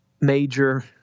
major